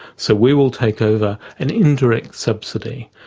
so we will take over an indirect subsidy,